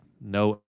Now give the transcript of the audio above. no